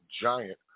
giant